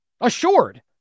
Assured